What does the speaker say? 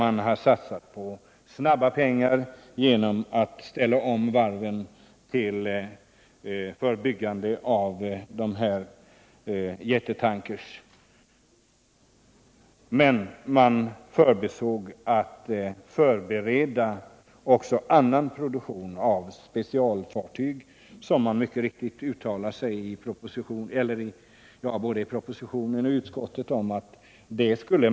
Man har satsat på snabba pengar genom att ställa om varven för byggande av s.k. supertankrar. Men man förbisåg att förbereda också annan produktion av specialfartyg, såsom mycket riktigt uttalas i propositionen och utskottsbetänkandet.